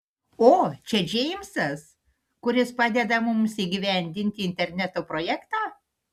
o čia džeimsas kuris padeda mums įgyvendinti interneto projektą